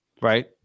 right